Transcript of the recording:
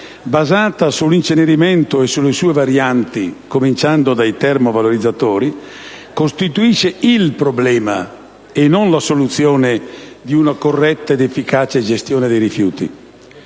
basata sull'incenerimento e sulle sue varianti (a cominciare dalla cosiddetta termovalorizzazione) costituisce il problema e non la soluzione di una corretta ed efficace gestione dei rifiuti.